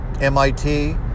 MIT